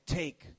take